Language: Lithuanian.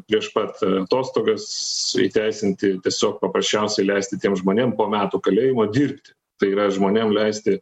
prieš pat atostogas įteisinti tiesiog paprasčiausiai leisti tiem žmonėm po metų kalėjimo dirbti tai yra žmonėm leisti